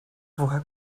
woher